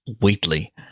Wheatley